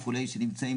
שנמצאים